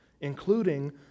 including